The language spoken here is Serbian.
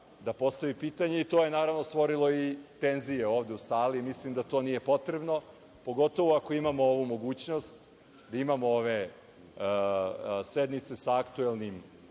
da postavi pitanje. To je stvorilo i tenzije ovde u sali. Mislim da to nije potrebno, pogotovo ako imamo ovu mogućnost da imamo ove sednice sa aktuelnim